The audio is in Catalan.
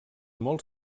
molt